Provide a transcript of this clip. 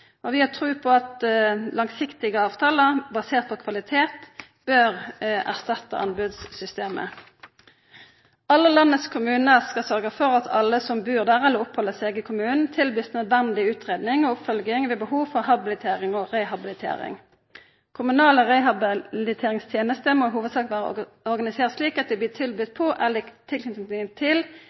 anbodskampen. Vi har tru på at langsiktige avtalar baserte på kvalitet bør erstatta anbodssystemet. Alle kommunane i landet skal sørgja for at alle som bur eller oppheld seg i kommunen får tilbod om nødvendig utgreiing og oppfølging ved behov for habilitering og rehabilitering. Kommunale rehabiliteringstenester må i hovudsak vera organiserte slik at dei blir tilbydde på eller i tilknyting til